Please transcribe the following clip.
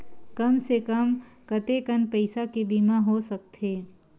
कम से कम कतेकन पईसा के बीमा हो सकथे?